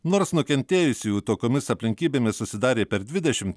nors nukentėjusiųjų tokiomis aplinkybėmis susidarė per dvidešim